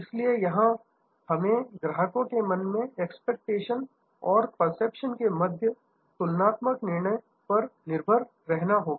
इसलिए यहां हमें ग्राहकों के मन में एक्सपेक्टेशन और परसेप्शन के मध्य तुलनात्मक निर्णय पर निर्भर रहना होगा